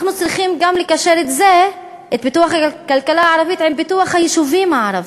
אנחנו צריכים לקשר את פיתוח הכלכלה הערבית עם פיתוח היישובים הערביים.